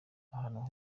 ahantu